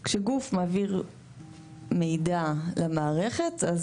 כשגוף מעביר מידע למערכת.